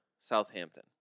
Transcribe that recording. Southampton